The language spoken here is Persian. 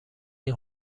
این